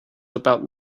about